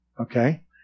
okay